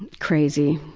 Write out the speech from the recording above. crazy.